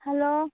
hello